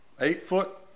eight-foot